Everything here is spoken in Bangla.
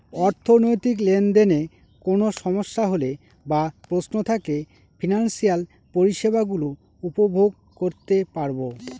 অর্থনৈতিক লেনদেনে কোন সমস্যা হলে বা প্রশ্ন থাকলে ফিনান্সিয়াল পরিষেবা গুলো উপভোগ করতে পারবো